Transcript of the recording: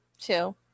Two